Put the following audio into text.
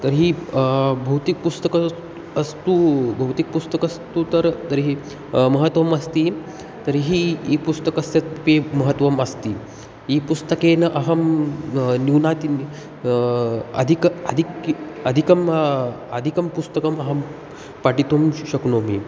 तर्हि भौतिकपुस्तकं अस्तु भौतिकपुस्तकस्तु तर्हि तर्हि महत्वम् अस्ति तर्हि ई पुस्तकस्य पे महत्वम् अस्ति ई पुस्तकेन अहं न्यूनाति अधिकं अधिकं अधिकम् अधिकं पुस्तकम् अहं पठितुं शक्नोमि